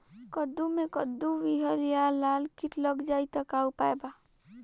कद्दू मे कद्दू विहल या लाल कीट लग जाइ त का उपाय बा?